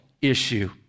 issue